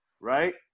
right